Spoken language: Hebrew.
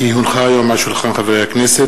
כי הונחה היום על שולחן הכנסת,